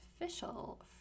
official